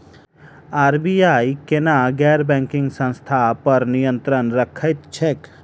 RBI केना गैर banking संस्था पर नियत्रंण राखैत छैक?